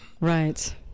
Right